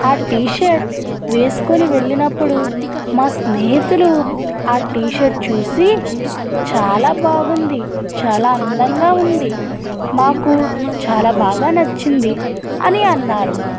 ఆ టీషర్ట్ వేసుకుని వెళ్ళినప్పుడు మా స్నేహితులు ఆ టీషర్ట్ చూసి చాలా బాగుంది చాలా అందంగా ఉంది మాకు చాలా బాగా నచ్చింది అని అన్నారు